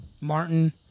Martin